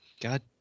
God